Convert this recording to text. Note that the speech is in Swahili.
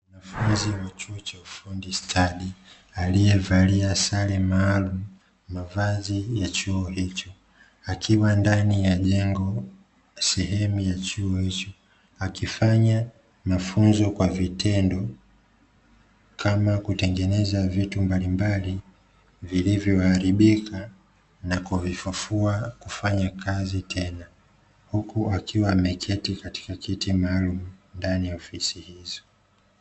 Mwanafunzi wa chuo cha ufundi stadi aliyevalia sare maalum mavazi ya chuo hicho akiwa ndani ya jengo sehemu ya chuo akifanya mafunzo kwa vitendo kama kutengeneza vitu mbalimbali vilivyoharibika na kuvifufua kufanya kazi tena huku akiwa ameketi mara ndani ya ofisi hizo.